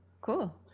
cool